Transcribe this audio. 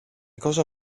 cosa